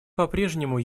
попрежнему